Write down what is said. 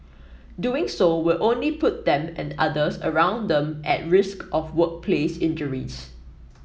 doing so will only put them and others around them at risk of workplace injuries